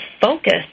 focus